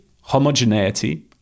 homogeneity